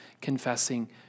confessing